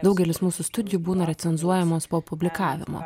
daugelis mūsų studijų būna recenzuojamos po publikavimo